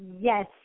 Yes